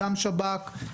גם שב"כ,